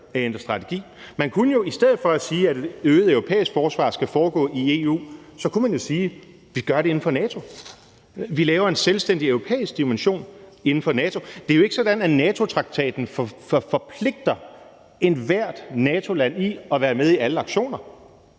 strategi? I stedet for at sige, at et øget europæisk forsvar skal foregå i EU, kunne man jo sige: Vi gør det inden for NATO; vi laver en selvstændig europæisk dimension inden for NATO. Det er jo ikke sådan, at NATO-traktaten forpligter ethvert NATO-land til at være med i alle aktioner.